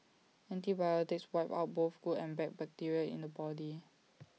antibiotics wipe out both good and bad bacteria in the body